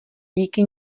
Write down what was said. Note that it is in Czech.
díky